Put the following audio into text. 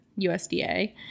USDA